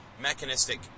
mechanistic